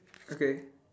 okay